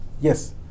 Yes